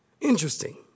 Interesting